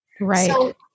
Right